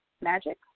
Magic